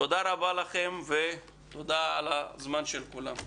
תודה רבה לכם ועל הזמן של כולם.